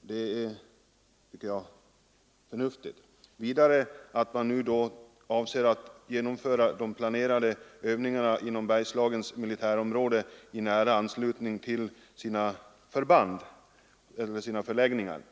Det är förnuftigt. Det är också bra att man avser att genomföra de planerade övningarna inom Bergslagens militärområde i nära anslutning till förbandens förläggningar.